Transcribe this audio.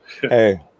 Hey